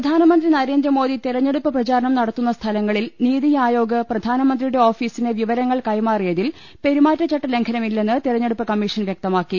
പ്രധാനമന്ത്രി നരേന്ദ്രമോദി തെരഞ്ഞെടുപ്പ് പ്രചാരണം നട ത്തുന്ന സ്ഥലങ്ങളിൽ നീതി ആയോഗ് പ്രധാനമന്ത്രിയുടെ ഓഫീ സിന് വിവരങ്ങൾ കൈമാറിയതിൽ പെരുമാറ്റചട്ടലംഘനമില്ലെന്ന് തെരഞ്ഞെടുപ്പ് കമ്മീഷൻ വൃക്തമാക്കി